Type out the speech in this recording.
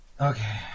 Okay